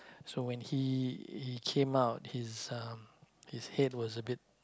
so when he he came out his uh his head was a bit